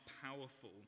powerful